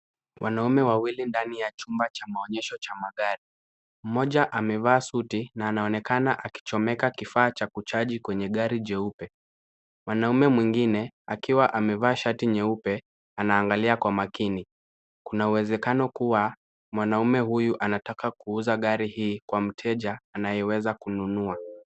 Wanaume wawili ndani ya chumba cha muonyesho cha magari, moja amevaa suti na anaonekana akichomeka kifaa cha kuchaji kwenye gari jeupe. Wanaume mwingine akiwa amevaa shati jeupe, anaangalia kwa makini, kuna uwezekano kuwa mwanaume huyu anataka kuuza gari hii kwa mteja anayeweza kununua?